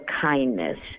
kindness